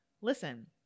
listen